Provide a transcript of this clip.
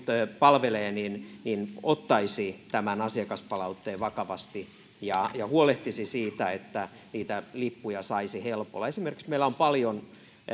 palvelee ottaisi tämän asiakaspalautteen vakavasti ja huolehtisi siitä että lippuja saisi helpolla esimerkiksi meillä on paljon